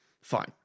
fine